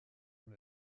dans